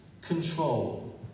control